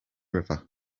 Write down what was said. river